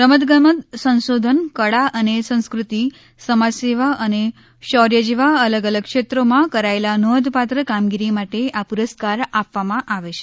રમતગમત સંશોધન કળા અને સંસ્કૃતિ સમાજસેવા અને શૌર્ય જેવા અલગ અલગ ક્ષેત્રોમાં કરાયેલ નોંધપાત્ર કામગીરી માટે આ પુરસ્કાર આપવામાં આવે છે